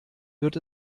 wird